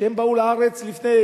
שבאו לארץ לפני